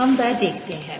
हम वह देखते हैं